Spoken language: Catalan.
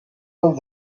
del